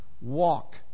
walk